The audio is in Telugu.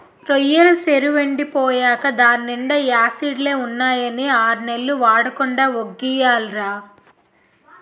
రొయ్యెల సెరువెండి పోయేకా దాన్నీండా యాసిడ్లే ఉన్నాయని ఆర్నెల్లు వాడకుండా వొగ్గియాలిరా